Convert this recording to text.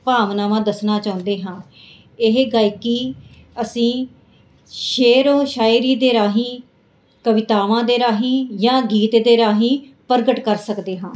ਭਾਵਨਾਵਾਂ ਦੱਸਣਾ ਚਾਹੁੰਦੇ ਹਾਂ ਇਹ ਗਾਇਕੀ ਅਸੀਂ ਸ਼ੇਰੋ ਸ਼ਾਇਰੀ ਦੇ ਰਾਹੀਂ ਕਵਿਤਾਵਾਂ ਦੇ ਰਾਹੀਂ ਜਾਂ ਗੀਤ ਦੇ ਰਾਹੀਂ ਪ੍ਰਗਟ ਕਰ ਸਕਦੇ ਹਾਂ